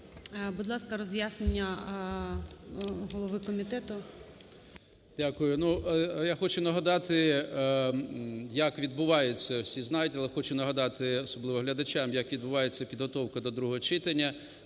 Будь ласка, роз'яснення голови комітету. 13:34:08 НЕМИРЯ Г.М. Дякую. Я хочу нагадати, як відбувається, всі знають, але хочу нагадати, особливо глядачам, як відбувається підготовка до другого читання.